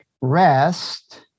rest